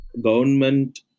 government